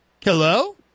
Hello